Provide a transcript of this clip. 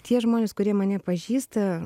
tie žmonės kurie mane pažįsta